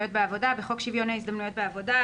הזדמנויות בעבודה בחוק שוויון הזדמנויות בעבודה,